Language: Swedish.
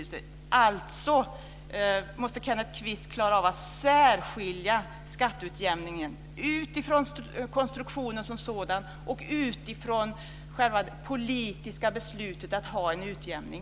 Kenneth Kvist måste alltså klara av att särskilja skatteutjämningen från konstruktionen som sådan och från själva det politiska beslutet att ha en utjämning.